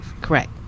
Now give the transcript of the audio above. correct